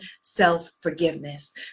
self-forgiveness